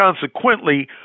consequently